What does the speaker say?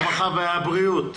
הרווחה והבריאות.